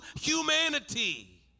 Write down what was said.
humanity